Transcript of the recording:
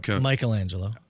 Michelangelo